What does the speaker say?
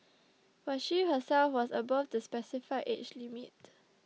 but she herself was above the specified age limit